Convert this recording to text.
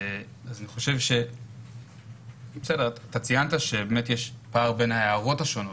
אתה ציינת שבאמת יש פער בין ההערות השונות,